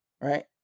right